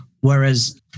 Whereas